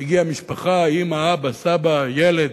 הגיעה משפחה, אמא, אבא, סבא, ילד.